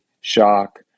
shock